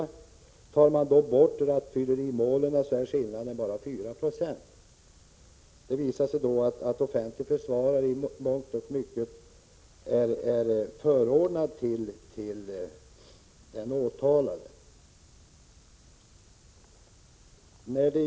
Räknar man bort rattfyllerimålen är skillnaden endast 4 926. Det visar sig då att offentlig försvarare i mångt och mycket är förordnad för den åtalade.